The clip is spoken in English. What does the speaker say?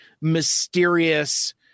mysterious